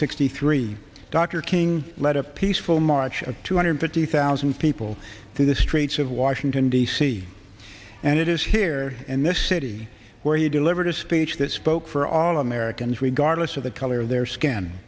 sixty three dr king led a peaceful march of two hundred fifty thousand people through the streets of washington d c and it is here in this city where he delivered a speech that spoke for all americans regardless of the color of their skin